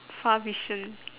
far vision